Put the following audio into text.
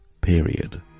Period